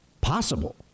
possible